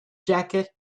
jacket